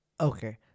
Okay